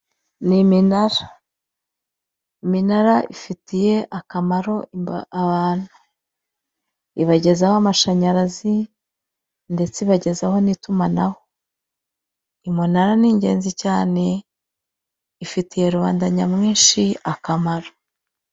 Ni iminara. Iminara ifitiye akamaro abantu, ibagezaho amashanyarazi ndetse ibagezaho n'itumanaho. Iminara ni ingenzi cyane ifitiye rubanda nyamwinshi akamaro.